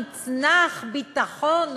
מצנח ביטחון,